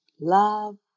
love